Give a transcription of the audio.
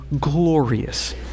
glorious